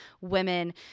women